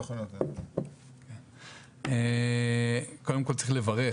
קודם כול צריך לברך,